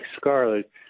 scarlet